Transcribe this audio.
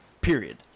Period